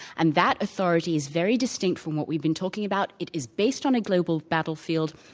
and that authority is very distinct from what we've been talking about. it is based on a global battlefield,